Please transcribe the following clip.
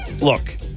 Look